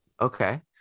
Okay